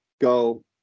go